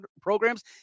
programs